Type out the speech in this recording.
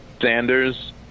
Sanders